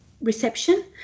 reception